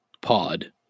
pod